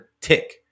tick